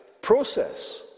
process